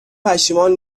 پشیمان